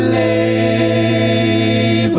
a